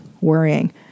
worrying